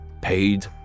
paid